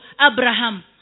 Abraham